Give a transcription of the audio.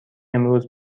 امروز